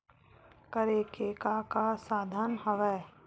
करे के का का साधन हवय?